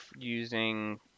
using